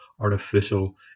artificial